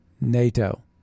NATO